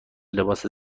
لباس